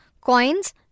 coins